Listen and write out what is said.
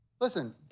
Listen